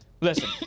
listen